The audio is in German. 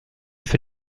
für